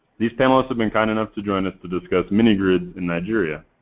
these panelist have been kind enough to join us to discuss mini grids in nigeria.